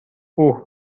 اوه